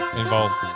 involved